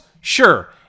sure